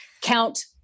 count